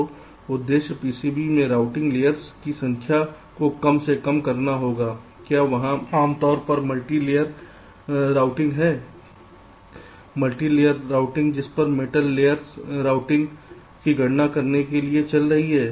तो उद्देश्य PCB में रूटिंग लेयर्स की संख्या को कम से कम करना होगा क्या वहां आमतौर पर मल्टी लेयर रूटिंग है कई लेयर्स जिस पर मेटल लेयर्स रूटिंग की गणना करने के लिए चल रही हैं